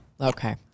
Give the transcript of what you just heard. Okay